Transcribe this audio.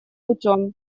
путем